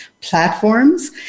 platforms